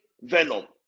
venom